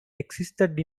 existed